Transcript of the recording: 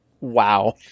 Wow